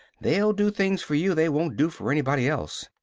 they'll do things for you they won't do for anybody else.